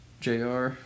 JR